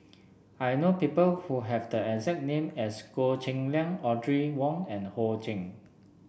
I know people who have the exact name as Goh Cheng Liang Audrey Wong and Ho Ching